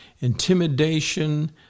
intimidation